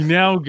now